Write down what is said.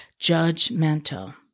judgmental